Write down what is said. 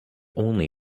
only